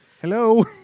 Hello